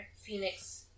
Phoenix